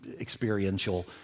experiential